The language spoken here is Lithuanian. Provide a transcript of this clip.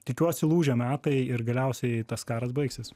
tikiuosi lūžio metai ir galiausiai tas karas baigsis